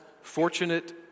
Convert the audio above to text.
fortunate